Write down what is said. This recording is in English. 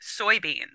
soybeans